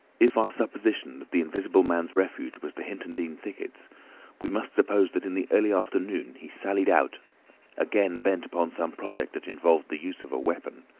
if our supposition that the invisible man's refuge was the hintondean thickets, then we must suppose that in the early afternoon he sallied out again bent upon some project that involved the use of a weapon.